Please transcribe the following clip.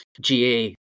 GA